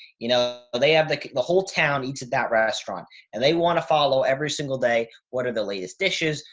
you know they have like the whole town eats at that restaurant and they want to follow every single day. what are the latest dishes,